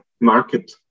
market